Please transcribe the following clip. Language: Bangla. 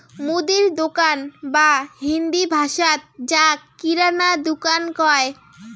মুদির দোকান বা হিন্দি ভাষাত যাক কিরানা দুকান কয়